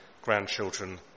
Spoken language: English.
grandchildren